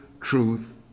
truth